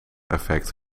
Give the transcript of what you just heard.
effect